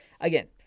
Again